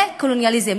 זה קולוניאליזם.